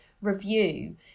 review